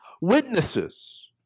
witnesses